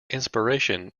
inspiration